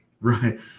right